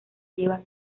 lleva